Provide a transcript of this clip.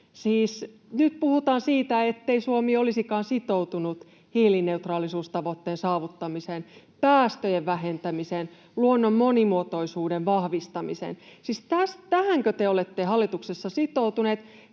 nyt puhutaan siitä, ettei Suomi olisikaan sitoutunut hiilineutraalisuustavoitteen saavuttamiseen, päästöjen vähentämiseen, luonnon monimuotoisuuden vahvistamiseen. Siis tähänkö te olette hallituksessa sitoutuneet?